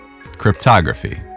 cryptography